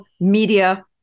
media